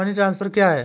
Money transfer क्या है?